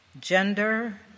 gender